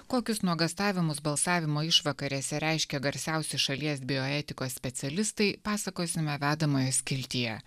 kokius nuogąstavimus balsavimo išvakarėse reiškė garsiausi šalies bioetikos specialistai pasakosime vedamoje skiltyje